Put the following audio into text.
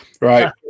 Right